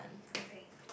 okay